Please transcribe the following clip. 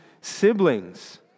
siblings